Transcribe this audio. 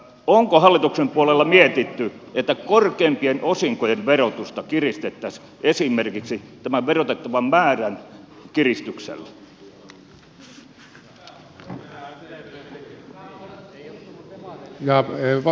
onko hallituksen puolella mietitty että korkeimpien osinkojen verotusta kiristettäisiin esimerkiksi tämän verotettavan määrän kiristyksellä